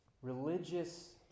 Religious